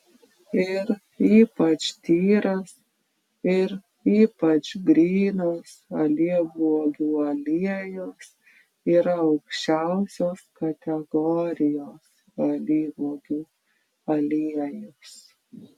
ir ypač tyras ir ypač grynas alyvuogių aliejus yra aukščiausios kategorijos alyvuogių aliejus